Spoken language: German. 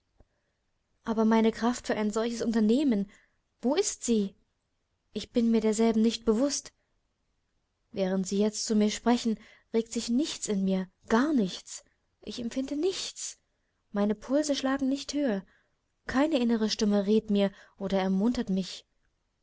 aber meine kraft für ein solches unternehmen wo ist sie ich bin mir derselben nicht bewußt während sie jetzt zu mir sprechen regt sich nichts in mir gar nichts ich empfinde nichts meine pulse schlagen nicht höher keine innere stimme rät mir oder ermuntert mich